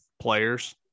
players